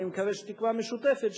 אני מקווה תקווה משותפת,